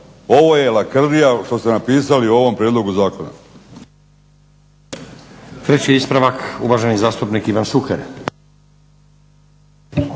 Ovo je lakrdija što ste napisali u ovom prijedlogu zakona.